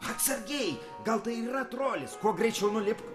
atsargiai gal tai yra trolis kuo greičiau nulipk